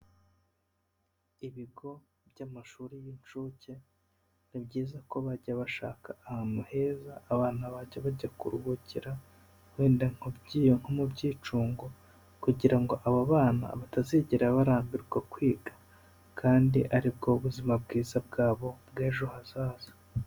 Ibigo by'amashuri y'inshuke, ni byiza ko bajya bashaka ahantu heza abana bajya bajya kuruhukira, wenda nko mu byicungo, kugira ngo abo bana batazigera barambirwa kwiga, kandi aribwo buzima bwiza bwabo bw'ejo hazaza.